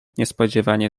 niespodzianie